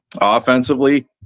Offensively